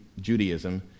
Judaism